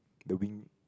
the wing